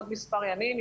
עוד מספר ימים,